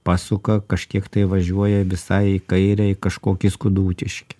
pasuka kažkiek tai važiuoja visai į kairę kažkokį skudutiškį